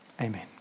Amen